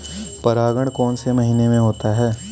परागण कौन से महीने में होता है?